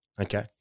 okay